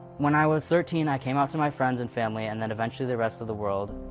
when i was thirteen, i came out to my friends and family and then eventually the rest of the world,